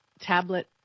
tablet